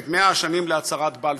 את 100 השנים להצהרת בלפור.